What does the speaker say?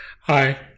Hi